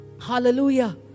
Hallelujah